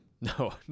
No